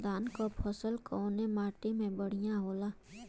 धान क फसल कवने माटी में बढ़ियां होला?